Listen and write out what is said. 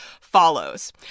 follows